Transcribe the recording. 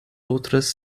outras